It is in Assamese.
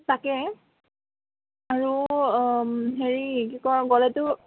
তাকে আৰু হেৰি কি কয় গ'লেতো